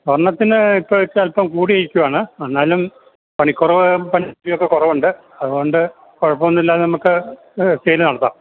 സ്വർണ്ണത്തിന് ഇപ്പോള് ഇപ്പോഴല്പം കൂടി നില്ക്കുകയാണ് എന്നാലും പണിക്കുറവ് പണിക്കൂലി ഒക്കെ കുറവുണ്ട് അതുകൊണ്ട് കുഴപ്പമൊന്നുമില്ലാതെ നമുക്ക് സെയ്ല് നടത്താം